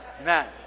amen